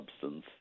substance